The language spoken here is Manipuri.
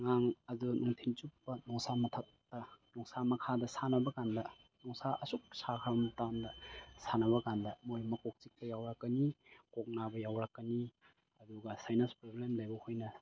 ꯑꯉꯥꯡ ꯑꯗꯨ ꯅꯨꯡꯊꯤꯟ ꯆꯨꯞꯄ ꯅꯨꯡꯁꯥ ꯃꯊꯛꯇ ꯅꯨꯡꯁꯥ ꯃꯈꯥꯗ ꯁꯥꯟꯅꯕ ꯀꯥꯟꯗ ꯅꯨꯡꯁꯥ ꯑꯁꯨꯛ ꯁꯥꯈ꯭ꯔ ꯃꯇꯝꯗ ꯁꯥꯟꯅꯕ ꯀꯥꯟꯗ ꯃꯣꯏ ꯃꯀꯣꯛ ꯆꯤꯛꯄ ꯌꯥꯎꯔꯛꯀꯅꯤ ꯀꯣꯛ ꯅꯥꯕ ꯌꯥꯎꯔꯛꯀꯅꯤ ꯑꯗꯨ ꯁꯥꯏꯅꯁ ꯄ꯭ꯔꯣꯕ꯭ꯂꯦꯝ ꯂꯩꯕ ꯈꯣꯏꯅ